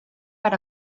per